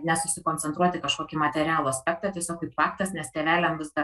nesusikoncentruot į kažkokį materialų aspektą tiesiog faktas nes tėveliam vis dar